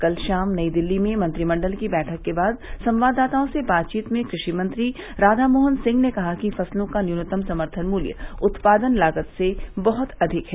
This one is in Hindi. कल शाम नई दिल्ली में मंत्रिमंडल की बैठक के बाद संवाददातओं से बातवीत में कृषि मंत्री राधा मोहन सिंह र्न कहा कि फसलों का न्यूनतम समर्थन मूल्य उत्पादन लागत से बहुत अधिक है